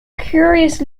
curious